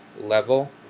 level